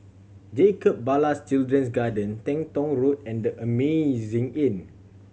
Jacob Ballas Children's Garden Teng Tong Road and The Amazing Inn